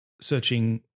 Searching